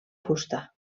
fusta